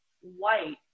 white